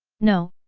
no,